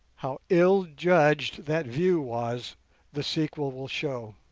how ill-judged that view was the sequel will show.